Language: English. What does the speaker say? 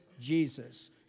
Jesus